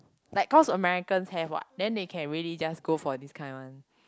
like cause Americans have what then they can really just go for this kind one